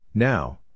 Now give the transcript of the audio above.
Now